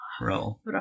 roll